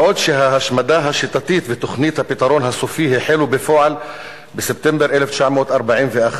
בעוד ההשמדה השיטתית ותוכנית "הפתרון הסופי" החלו בפועל בספטמבר 1941,